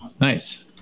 Nice